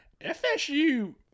FSU